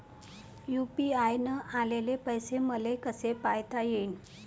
UPI न आलेले पैसे मले कसे पायता येईन?